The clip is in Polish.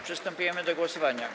Przystępujemy do głosowania.